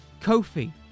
Kofi